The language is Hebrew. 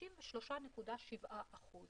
ל-53.7%.